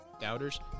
doubters